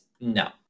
no